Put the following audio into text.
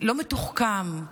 לא מתוחכם,